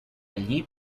allí